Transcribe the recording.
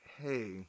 hey